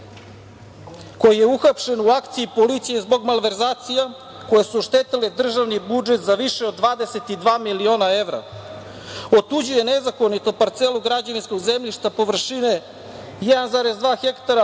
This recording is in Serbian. koji je uhapšen u akciji policije zbog malverzacija, koje su oštetile državni budžet za više od 22 miliona evra. Otuđio je nezakonito parcelu građevinskog zemljišta površine 1,2 hektara